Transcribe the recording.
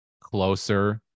closer